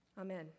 Amen